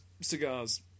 cigars